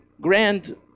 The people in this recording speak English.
grand